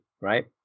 right